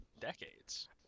decades